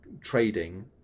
trading